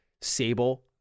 Sable